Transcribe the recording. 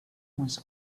was